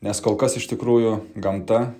nes kol kas iš tikrųjų gamta